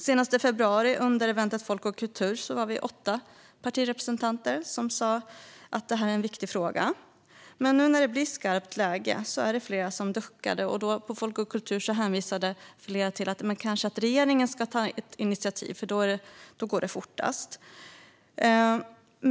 Senast i februari under eventet Folk och Kultur var vi åtta partirepresentanter som sa att det här är en viktig fråga. Men nu när det blir skarpt läge är det flera som duckar. På Folk och Kultur hänvisade flera till att regeringen kanske ska ta initiativ, för då går det fortast.